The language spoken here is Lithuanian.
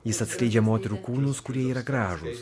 jis atskleidžia moterų kūnus kurie yra gražūs